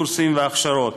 קורסים והכשרות.